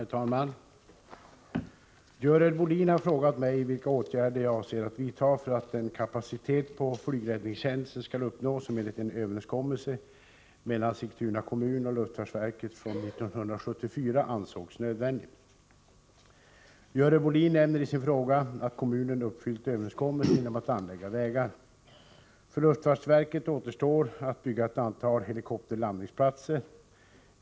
Herr talman! Görel Bohlin har frågat mig vilka åtgärder jag avser att vidta för att den kapacitet på flygräddningstjänsten skall uppnås som enligt en överenskommelse mellan Sigtuna kommun och luftfartsverket från 1974 ansågs nödvändig. Görel Bohlin nämner i sin fråga att kommunen uppfyllt överenskommelsen genom att anlägga vägar. För luftfartsverket återstår att bygga ett antal helikopterlandningsplatser.